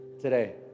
today